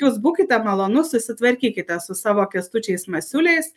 jūs būkite malonus susitvarkykite su savo kęstučiais masiuliais